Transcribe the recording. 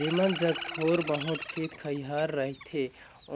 जेमन जग थोर बहुत खेत खाएर रहथे